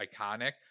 iconic